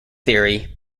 theory